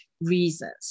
reasons